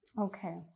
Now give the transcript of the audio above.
Okay